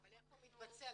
אבל איך הוא מתבצע.